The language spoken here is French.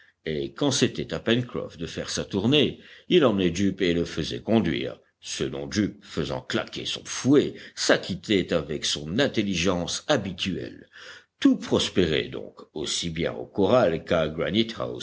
et quand c'était à pencroff de faire sa tournée il emmenait jup et le faisait conduire ce dont jup faisant claquer son fouet s'acquittait avec son intelligence habituelle tout prospérait donc aussi bien au corral